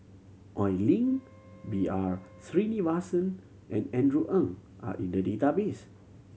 Oi Lin B R Sreenivasan and Andrew Ang are in the database